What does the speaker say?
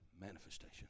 manifestation